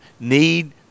need